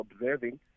observing